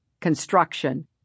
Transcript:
construction